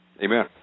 Amen